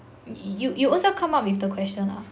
you you own self come up with the question ah